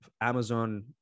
Amazon